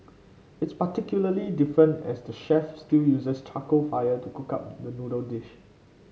it's particularly different as the chef still uses charcoal fire to cook up the noodle dish